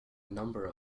number